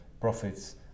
profits